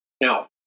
Now